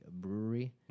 Brewery